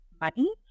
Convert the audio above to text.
money